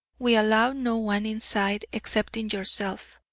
we allow no one inside excepting yourself,